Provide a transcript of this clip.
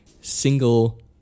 single